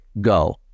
go